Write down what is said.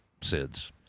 sids